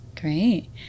great